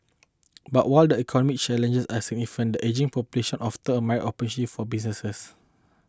but while the economic challenges are significant the ageing population offers a myriad of opportunity for businesses